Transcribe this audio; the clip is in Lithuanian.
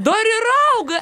dar ir auga